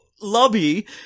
lobby